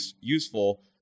useful